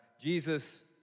Jesus